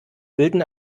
bilden